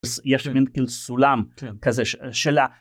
יש לי מן כאילו סולם כזה שלה.